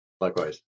Likewise